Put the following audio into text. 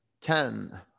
ten